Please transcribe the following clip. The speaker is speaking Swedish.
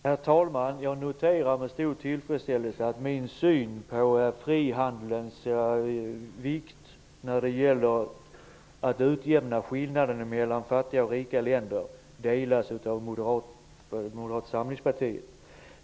Herr talman! Jag noterar med stor tillfredsställelse att min syn på vikten av fri handel när det gäller att utjämna skillnaden mellan rika och fattiga länder delas av Moderata samlingspartiet.